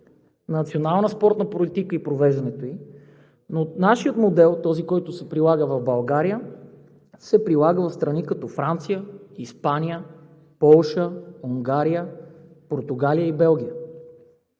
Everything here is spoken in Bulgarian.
национална спортна политика и провеждането ѝ, но нашият модел, който се прилага в България, се прилага в страни, като Франция, Испания, Полша, Унгария, Португалия и Белгия.